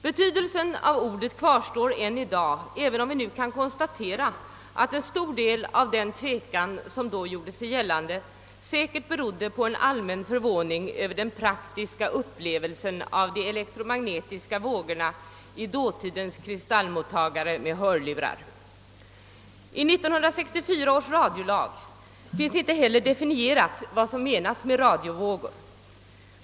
Betydelsen av ordet kvarstår än i dag, även om vi nu kan konstatera att en stor del av den tvekan som då gjorde sig gällande säkert berodde på en allmän förvåning över den praktiska upplevelsen av de elektromagnetiska vågorna i dåtidens kristallmottagare med hörlurar. I 1946 års radiolag finns inte heller definierat vad som menas med radiovågor.